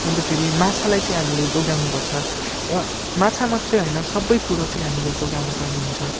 अन्त फेरि माछालाई चाहिँ हामीले जोगाउनुपर्छ यहाँ माछा मात्रै होइन सबै कुरो चाहिँ हामीले जोगाउनुपर्ने हुन्छ